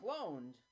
cloned